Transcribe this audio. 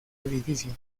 edificio